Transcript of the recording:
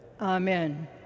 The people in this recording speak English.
Amen